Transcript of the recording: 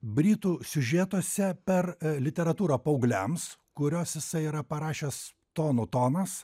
britų siužetuose per literatūrą paaugliams kuriuos jisai yra parašęs tonų tonas